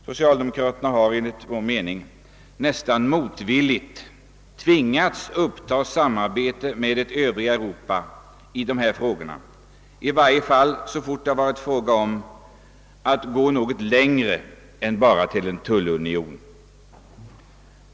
Socialdemokraterna har enligt vår mening nästan motvilligt tvingats uppta samarbetet med det övriga Europa i dessa frågor, i varje fall så fort det varit fråga om att gå något längre än bara till en tullunion.